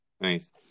Nice